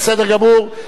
בסדר גמור.